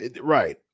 Right